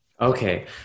Okay